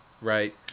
Right